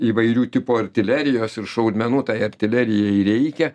įvairių tipų artilerijos ir šaudmenų tai artilerijai reikia